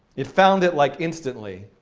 it found it, like, instantly,